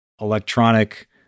electronic